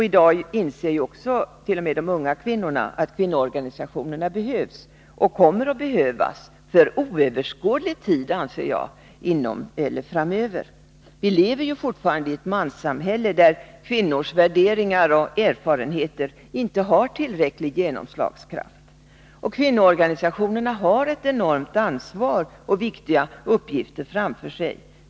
I dag inser t.o.m. de unga kvinnorna att kvinnoorganisationerna behövs och kommer att behövas för — anser jag — oöverskådlig tid framöver. Vi lever fortfarande i ett manssamhälle, där kvinnors värderingar och erfarenheter inte har tillräcklig genomslagskraft. Kvinnoorganisationerna har ett enormt ansvar och viktiga uppgifter framför sig.